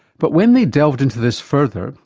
but when they delved into this further,